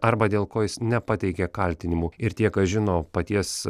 arba dėl ko jis nepateikė kaltinimų ir tie kas žino paties